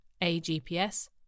AGPS